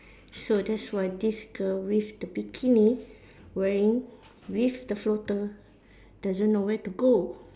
so that's why this girl with the bikini wearing with the floater doesn't know where to go